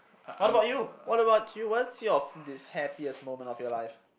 what about you what about you what's your f~ this happiest moment of your life